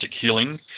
healing